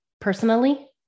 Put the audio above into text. personally